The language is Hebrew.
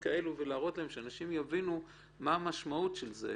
אנחנו כמובן תומכים ברעיון של הצעת החוק ונשמח להיות שותפים בקידום